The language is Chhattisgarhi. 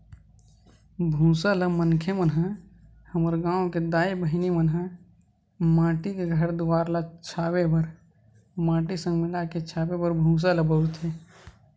भूसा ल मनखे मन ह हमर गाँव घर के दाई बहिनी मन ह माटी के घर दुवार ल छाबे बर माटी संग मिलाके छाबे बर भूसा ल बउरथे